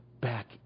back